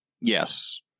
yes